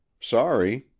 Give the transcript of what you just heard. sorry